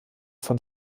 von